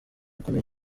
ukomeye